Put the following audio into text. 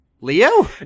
Leo